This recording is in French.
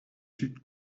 sud